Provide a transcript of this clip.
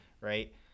right